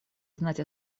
знать